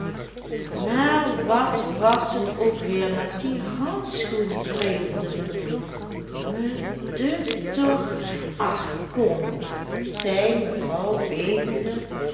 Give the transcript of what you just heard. maar wat was het ook weer met die handschoenen prevelde vernooy me dunkt toch och kom zei mevrouw bevende